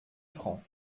francs